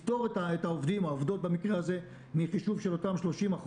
צריך לפטור את העובדות במקרה הזה מחישוב של אותם 30%,